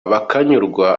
bakanyurwa